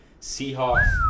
Seahawks